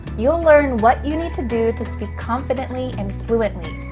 you'll learn what you need to do to speak confidently and fluently.